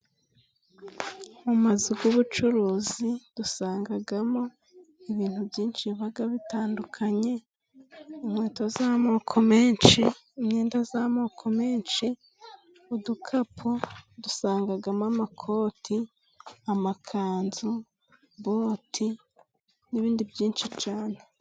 Mu mazu y'ubucuruzi dusangamo ibintu byinshi biba bitandukanye, inkweto z'amoko menshi ,imyenda y'amoko menshi ,udukapu, dusangamo amakoti ,amakanzu ,bote ,n'ibindi byinshi cyane.